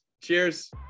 cheers